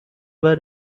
were